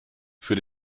für